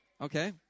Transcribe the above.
Okay